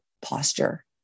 posture